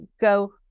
go